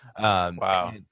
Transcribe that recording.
Wow